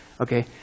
Okay